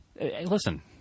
Listen